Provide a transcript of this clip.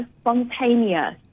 spontaneous